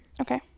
Okay